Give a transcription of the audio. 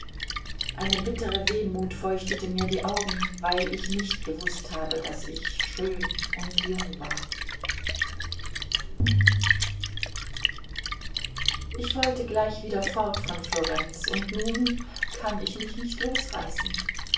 eine bittere wehmut feuchtete mir die augen weil ich nicht gewußt habe daß ich schön und jung war ich wollte gleich wieder fort von florenz und nun kann ich mich nicht losreißen